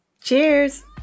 Cheers